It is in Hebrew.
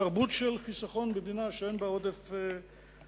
להנהיג תרבות של חיסכון במדינה שאין בה עודף מים.